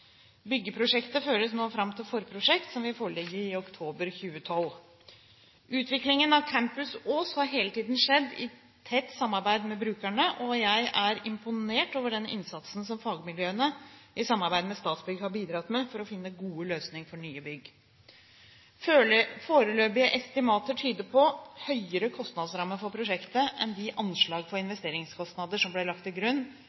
Byggeprosjektet føres nå fram til forprosjekt, som vil foreligge i oktober 2012. Utviklingen av Campus Ås har hele tiden skjedd i tett samarbeid med brukerne, og jeg er imponert over den innsatsen som fagmiljøene i samarbeid med Statsbygg har bidratt med for å finne gode løsninger for nye bygg. Foreløpige estimater tyder på høyere kostnadsrammer for prosjektet enn de anslag for investeringskostnader som ble lagt til grunn